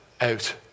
out